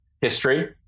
history